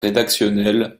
rédactionnel